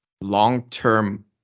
long-term